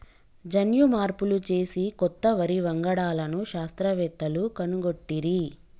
జన్యు మార్పులు చేసి కొత్త వరి వంగడాలను శాస్త్రవేత్తలు కనుగొట్టిరి